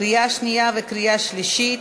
קריאה שנייה וקריאה שלישית.